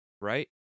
right